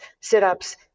sit-ups